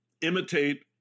imitate